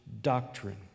doctrine